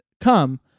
come